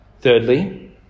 Thirdly